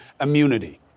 immunity